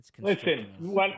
Listen